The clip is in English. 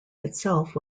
itself